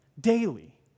daily